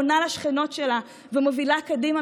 פונה לשכנות שלה ומובילה קדימה,